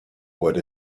what